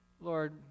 Lord